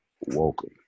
Welcome